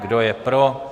Kdo je pro?